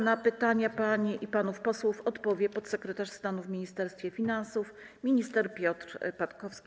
Na pytania pań i panów posłów odpowie podsekretarz stanu w Ministerstwie Finansów minister Piotr Patkowski.